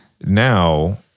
Now